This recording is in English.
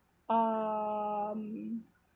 um